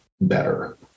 better